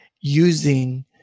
using